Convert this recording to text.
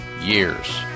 years